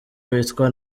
witwa